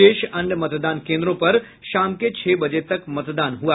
शेष अन्य मतदान केन्द्रों पर शाम के छह बजे तक मतदान हुआ